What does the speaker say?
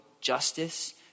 justice